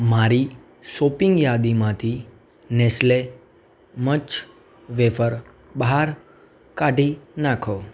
મારી શોપિંગ યાદીમાંથી Nestle Munch wafer bar કાઢી નાંખો